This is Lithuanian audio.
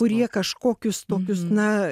kurie kažkokius tokius na